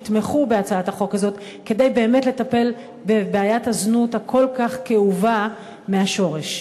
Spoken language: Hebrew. תתמכו בהצעת החוק הזאת כדי באמת לטפל בבעיית הזנות הכל-כך כאובה מהשורש?